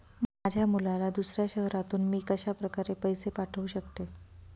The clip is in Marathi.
माझ्या मुलाला दुसऱ्या शहरातून मी कशाप्रकारे पैसे पाठवू शकते?